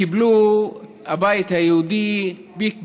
קיבלו הבית היהודי פיק ברכיים,